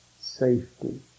safety